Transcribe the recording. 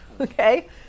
okay